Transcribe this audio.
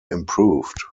improved